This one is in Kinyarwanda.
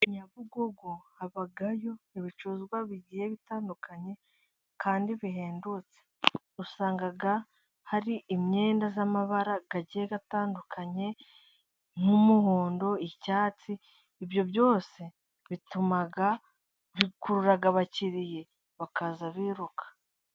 Inyabugugu habayo ibicuruzwa bigiye bitandukanye kandi bihendutse, usanga hari imyenda y'amabara agiye atandukanye nk'umuhondo, icyatsi ibyo byose bituma bikurura abakiriya bakaza biruka.